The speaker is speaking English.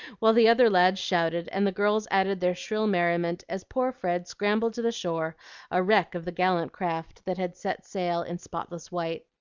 while the other lads shouted and the girls added their shrill merriment as poor fred scrambled to the shore a wreck of the gallant craft that had set sail in spotless white.